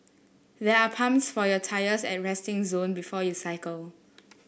there are pumps for your tyres at the resting zone before you cycle